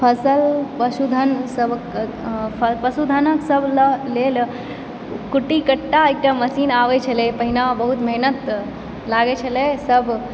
फसल पशुधनसभ पशुधनक सभक लेल कुट्टी कट्टा एकटा मशीन आबैत छलय पहिने बहुत मेहनत लागैत छलय सभ